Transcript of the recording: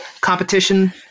competition